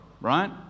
right